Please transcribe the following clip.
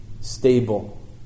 Stable